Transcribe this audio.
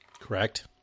Correct